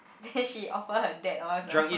then she offer her dad